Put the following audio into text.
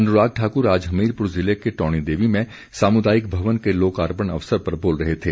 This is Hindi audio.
अनुराग ठाक्र आज हमीरपुर ज़िले के टौणी देवी में सामुदायिक भवन के लोकार्पण अवसर पर बोल रहे थे